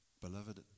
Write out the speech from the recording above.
beloved